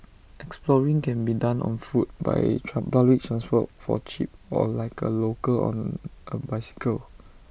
exploring can be done on foot by public transport for cheap or like A local on A bicycle